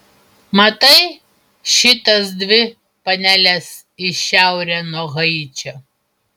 matai šitas dvi paneles į šiaurę nuo haičio